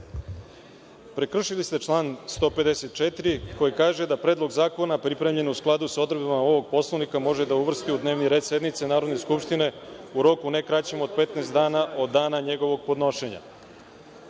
Prekršili ste član 154. koji kaže da predlog zakona, pripremljen u skladu sa odredbama ovog Poslovnika, može da uvrsti u dnevni red sednice Narodne skupštine u roku ne kraćem od 15 dana od dana njegovog podnošenja. Vi